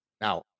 Now